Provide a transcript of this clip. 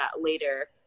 later